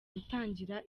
gutangira